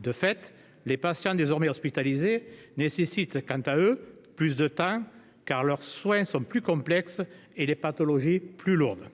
De fait, les patients désormais hospitalisés doivent se voir consacrer plus de temps, car les soins qu'ils demandent sont plus complexes et les pathologies plus lourdes.